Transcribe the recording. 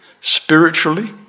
spiritually